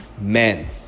men